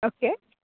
okay